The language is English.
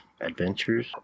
Adventures